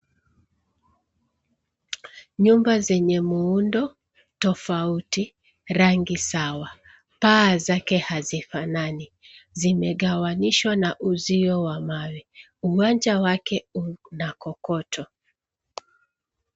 Nyumba zenye muundo tofauti, rangi sawa. Paa zake hazifanani, zimegawanyishwa na uzio wa mawe. Uwanja wake una kokoto.